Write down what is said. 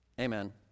amen